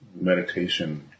meditation